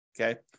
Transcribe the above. Okay